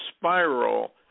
spiral